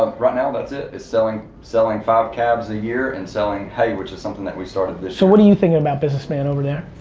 um right now that's it. it's selling selling five calves a year, and selling hay, which is something that we started this year. so what are you thinking about, business man over there?